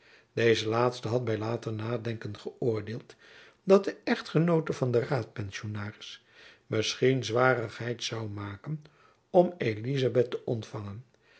deze laatste had by later nadenken geöordeeld dat de echtgenoote van den raadjacob van lennep elizabeth musch pensionaris misschien zwarigheid zoû maken om elizabeth te ontfangen